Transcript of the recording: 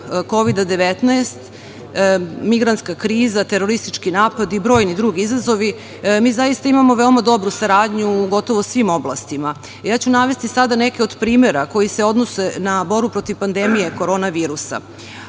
Kovida-19, migrantska kriza, teroristički napad i brojni drugi izazovi, mi zaista imamo veoma dobru saradnju u gotovo svim oblastima. Ja ću navesti sada neke od primera koji se odnose na borbu protiv pandemije koronavirusa,